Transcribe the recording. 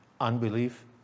Unbelief